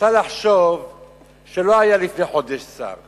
אפשר לחשוב שלא היה לפני חודש שר.